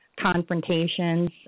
confrontations